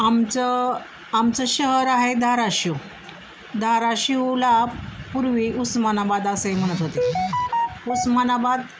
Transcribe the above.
आमचं आमचं शहर आहे धाराशिव धाराशिवला पूर्वी उस्मानाबाद असंही म्हणत होते उस्मानाबाद